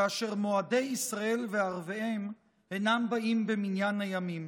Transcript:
כאשר מועדי ישראל וערביהם אינם באים במניין הימים.